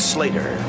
Slater